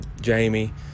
Jamie